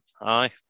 aye